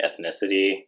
ethnicity